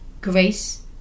grace